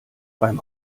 beim